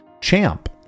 Champ